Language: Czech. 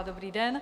Dobrý den.